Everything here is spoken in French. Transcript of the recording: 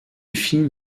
film